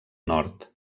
nord